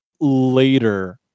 later